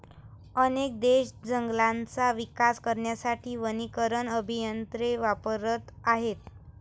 अनेक देश जंगलांचा विकास करण्यासाठी वनीकरण अभियंते वापरत आहेत